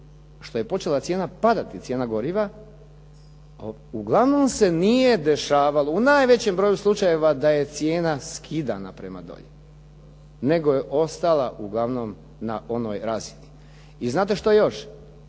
što je počela padati cijena goriva uglavnom se nije dešavalo u najvećem broju slučajeva da je cijena skidana prema dolje nego je ostala uglavnom na onoj razini. I znate šta još?